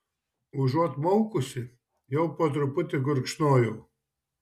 užuot maukusi jau po truputį gurkšnojau